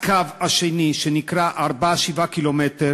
הקו השני שנקרא 4 7 קילומטר,